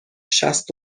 شصت